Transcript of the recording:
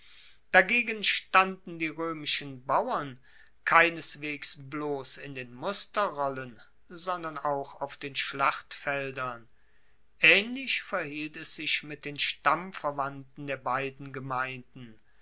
dagegen standen die roemischen bauern keineswegs bloss in den musterrollen sondern auch auf den schlachtfeldern aehnlich verhielt es sich mit den stammverwandten der beiden gemeinden